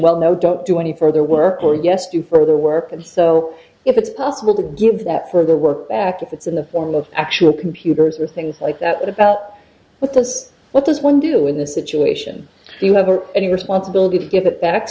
well no don't do any further work or yes to further work and so it's possible to give that for the work act if it's in the form of actual computers or things like that about what does what does one do in this situation do you have any responsibility to get it back